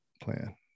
plan